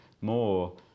more